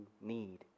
need